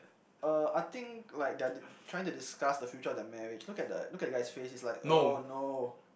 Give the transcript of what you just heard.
uh I think like they are trying to discuss the future of their marriage look at the look at that guy's face he's like oh no